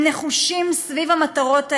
הם נחושים סביב המטרות האלה.